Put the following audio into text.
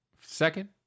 Second